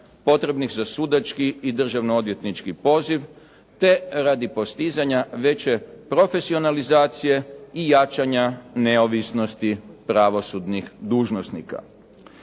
potrebnih za sudački i državno odvjetnički poziv, te radi postizanja veće profesionalizacije i jačanja neovisnosti pravosudnih dužnosnika.